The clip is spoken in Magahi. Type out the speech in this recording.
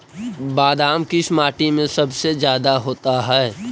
बादाम किस माटी में सबसे ज्यादा होता है?